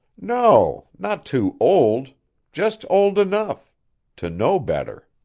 no, not too old just old enough to know better.